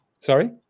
Sorry